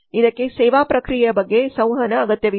ಇದಕ್ಕೆ ಸೇವಾ ಪ್ರಕ್ರಿಯೆಯ ಬಗ್ಗೆ ಸಂವಹನ ಅಗತ್ಯವಿದೆ